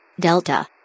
Delta